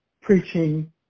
preaching